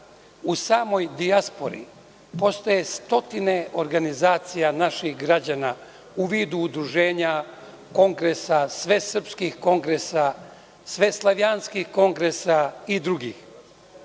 u samoj dijaspori postoje stotine organizacija naših građana u vidu udruženja, kongresa, svesrpskih kongresa, sveslavljanskih kongresa i drugih.